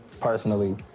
personally